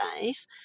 days